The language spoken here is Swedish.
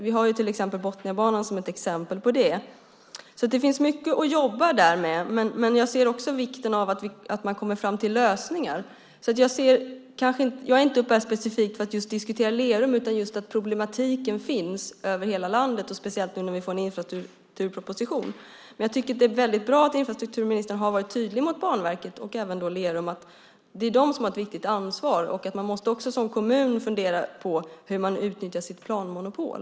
Vi har Botniabanan som ett exempel på det. Det finns mycket att jobba med där, men jag ser också vikten av att man kommer fram till lösningar. Jag är inte uppe här specifikt för att diskutera Lerum, för problematiken finns över hela landet, och speciellt när vi får en infrastrukturproposition. Jag tycker att det är väldigt bra att infrastrukturministern har varit tydlig mot Banverket och även Lerum med att det är de som har ett viktigt ansvar och att man som kommun också måste fundera på hur man utnyttjar sitt planmonopol.